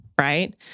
right